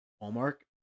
Hallmark